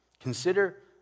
Consider